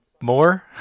more